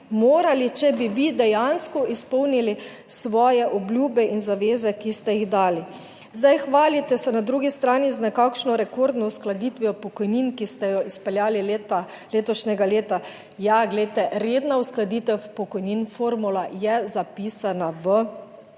morali, če bi vi dejansko izpolnili svoje obljube in zaveze, ki ste jih dali. Zdaj, hvalite se na drugi strani z nekakšno rekordno uskladitvijo pokojnin, ki ste jo izpeljali leta, letošnjega leta. Ja, glejte, redna uskladitev pokojnin, formula je zapisana v